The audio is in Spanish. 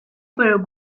pero